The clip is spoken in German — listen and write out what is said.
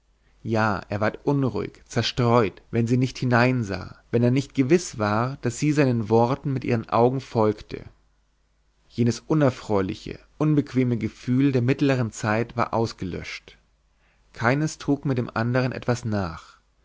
ja er ward unruhig zerstreut wenn sie nicht hineinsah wenn er nicht gewiß war daß sie seinen worten mit ihren augen folgte jedes unerfreuliche unbequeme gefühl der mittleren zeit war ausgelöscht keines trug mehr dem andern etwas nach